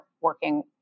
working